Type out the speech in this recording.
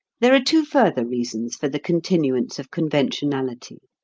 there are two further reasons for the continuance of conventionality.